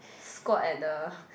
squat at the